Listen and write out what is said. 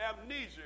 amnesia